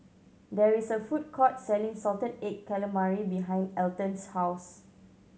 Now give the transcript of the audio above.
there is a food court selling salted egg calamari behind Alton's house